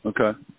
Okay